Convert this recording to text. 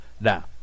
Now